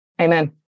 amen